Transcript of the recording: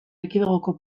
erkidegoko